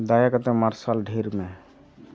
ᱫᱟᱭᱟ ᱠᱟᱛᱮᱫ ᱢᱟᱨᱥᱟᱞ ᱰᱷᱮᱨᱢᱮ